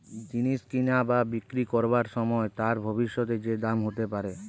জিনিস কিনা বা বিক্রি করবার সময় তার ভবিষ্যতে যে দাম হতে পারে